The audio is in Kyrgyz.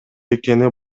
экени